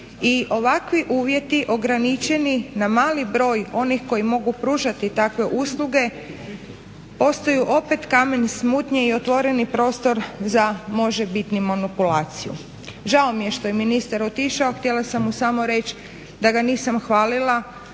i ovakvi uvjeti ograničeni na mali broj onih koji mogu pružati takve usluge postaju opet kamen smutnje i otvoreni prostor za možebitnu manipulaciju. Žao mi je što je ministar otišao. Htjela sam mu samo reći da ga nisam hvalila,